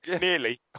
Nearly